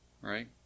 right